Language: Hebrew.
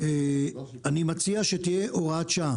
אני מציע שתהיה הוראת שעה.